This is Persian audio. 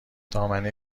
دامنه